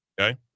okay